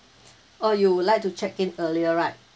oh you would like to check-in earlier right